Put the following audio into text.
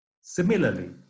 Similarly